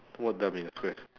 what dumb and square